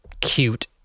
cute